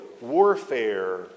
warfare